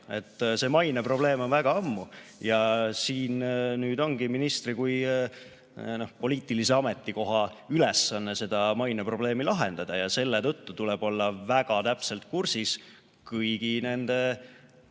See maineprobleem on olnud väga ammu ja siin ongi ministri kui poliitilise ametikoha ülesanne seda maineprobleemi lahendada. Selle tõttu tuleb olla väga täpselt kursis kõigi nende